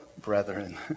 brethren